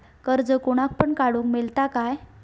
कर्ज कोणाक पण काडूक मेलता काय?